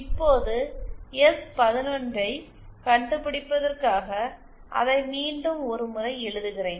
இப்போது எஸ் 11 ஐக் கண்டுபிடிப்பதற்காக அதை மீண்டும் ஒரு முறை எழுதுகிறேன்